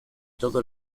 todo